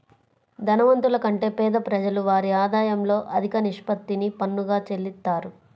ధనవంతుల కంటే పేద ప్రజలు వారి ఆదాయంలో అధిక నిష్పత్తిని పన్నుగా చెల్లిత్తారు